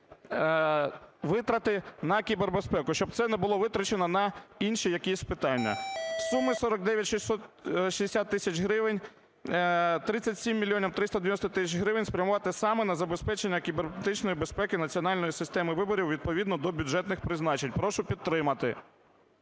витрати на кібербезпеку, щоб це не було витрачено на інші якісь питання. З суми 49 660 тисяч гривень 37 мільйонів 390 тисяч гривень спрямувати саме на забезпечення кібернетичної безпеки національної системи виборів відповідно до бюджетних призначень. Прошу підтримати.